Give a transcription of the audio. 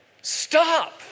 Stop